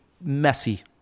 messy